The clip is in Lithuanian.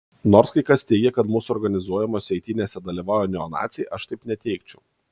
nors kai kas teigia kad mūsų organizuojamose eitynėse dalyvauja neonaciai aš taip neteigčiau